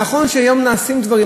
נכון שהיום נעשים דברים.